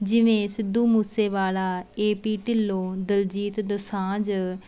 ਜਿਵੇਂ Sidhu Moosewala A P Dhillon Diljit Dosanjh